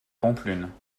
pampelune